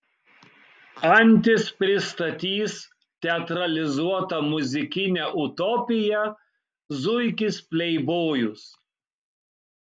antis pristatys teatralizuotą muzikinę utopiją zuikis pleibojus